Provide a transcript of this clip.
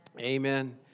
Amen